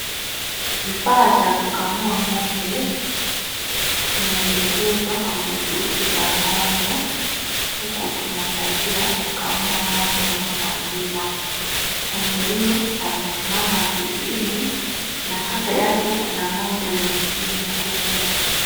Kifaa cha kukamua ng'ombe kimeelekezwa katika chuchu za ngombe huku kina saidia kukamua ng'ombe huyo maziwa, ng'ombe huyu amesimama zizini na kando yake kuna ng'ombe wengine humo.